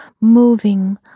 moving